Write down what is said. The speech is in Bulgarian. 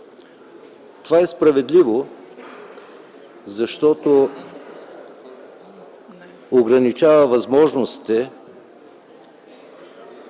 Това е справедливо, защото ограничава случаите